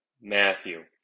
Matthew